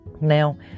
Now